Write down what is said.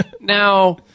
Now